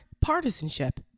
Partisanship